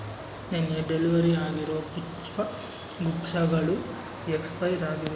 ನೆನ್ನೆ ಡೆಲಿವರಿ ಆಗಿರೋ ಪುಷ್ಪ ಗುಚ್ಛಗಳು ಎಕ್ಸ್ಪೈರ್ ಆಗಿವೆ